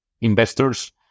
Investors